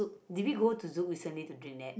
did we go to Zouk recently to drink that